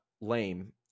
lame